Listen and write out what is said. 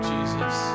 Jesus